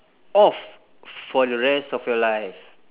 off for the rest of your life